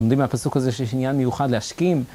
לומדים מהפסוק הזה, שיש עניין מיוחד להשכים.